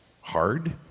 hard